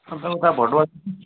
अन्त उता भोट